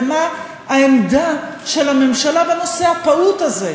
ומה העמדה של הממשלה בנושא הפעוט הזה,